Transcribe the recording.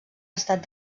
estat